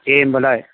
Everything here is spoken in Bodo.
दे होमबालाय